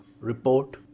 report